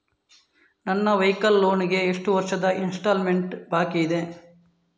ನನ್ನ vehicle loan ಗೆ ಎಷ್ಟು ವರ್ಷದ ಇನ್ಸ್ಟಾಲ್ಮೆಂಟ್ ಬಾಕಿ ಇದೆ?